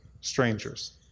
strangers